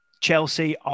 Chelsea